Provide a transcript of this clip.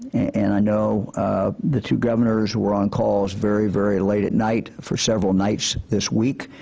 and i know the two governors were on calls very very late at night for several nights this week,